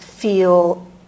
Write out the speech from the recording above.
feel